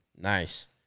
Nice